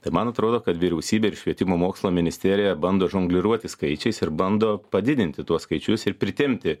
tai man atrodo kad vyriausybė ir švietimo mokslo ministerija bando žongliruoti skaičiais ir bando padidinti tuos skaičius ir pritempti